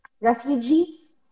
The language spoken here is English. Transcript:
refugees